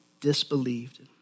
disbelieved